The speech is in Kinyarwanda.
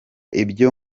ibyo